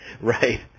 right